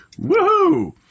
Woohoo